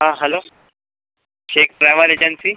हा hello check travel agency